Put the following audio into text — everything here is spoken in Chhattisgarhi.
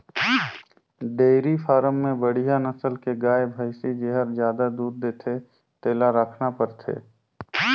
डेयरी फारम में बड़िहा नसल के गाय, भइसी जेहर जादा दूद देथे तेला रखना परथे